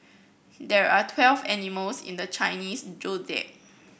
there are twelve animals in the Chinese Zodiac